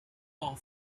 fall